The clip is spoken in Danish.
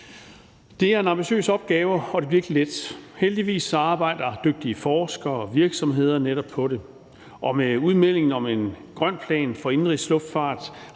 Det er en ambitiøs opgave, og det bliver ikke let. Heldigvis arbejder dygtige forskere og virksomheder netop på det, og med udmeldingen om en grøn plan for indenrigsluftfart